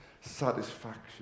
satisfaction